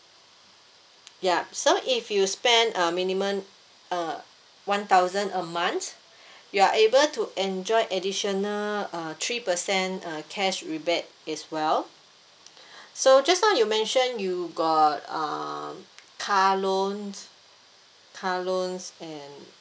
yup so if you spend a minimum uh one thousand a month you are able to enjoy additional uh three percent uh cash rebate as well so just now you mention you got um car loans car loans and